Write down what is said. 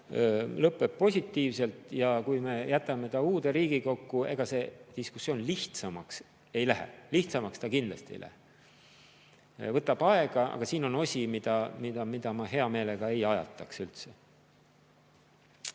lõpeb positiivselt. Kui me jätame selle uude Riigikokku, ega see diskussioon lihtsamaks ei lähe. Lihtsamaks ta kindlasti ei lähe ja võtab jälle aega, aga siin on osi, mida ma hea meelega ei ajataks üldse.